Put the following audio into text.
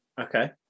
Okay